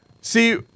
See